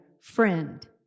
Friend